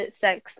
sex